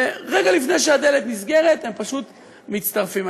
ורגע לפני שהדלת נסגרת הם פשוט מצטרפים.